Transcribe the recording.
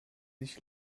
sich